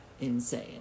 insane